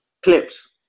Clips